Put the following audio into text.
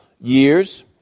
years